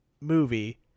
movie